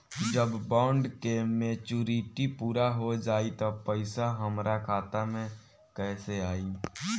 जब बॉन्ड के मेचूरिटि पूरा हो जायी त पईसा हमरा खाता मे कैसे आई?